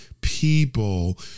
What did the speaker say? people